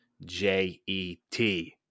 J-E-T